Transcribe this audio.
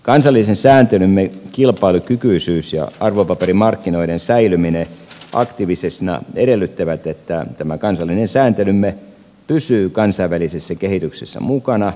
kansallisen sääntelymme kilpailukykyisyys ja arvopaperimarkkinoiden säilyminen aktiivisena edellyttävät että tämä kansallinen sääntelymme pysyy kansainvälisessä kehityksessä mukana